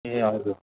ए हजुर